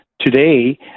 today